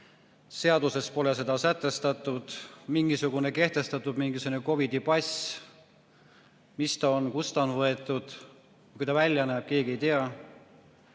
Seaduses pole seda sätestatud, kuid on kehtestatud mingisugune COVID-i pass. Mis ta on, kust ta on võetud, milline ta välja näeb, keegi ei tea.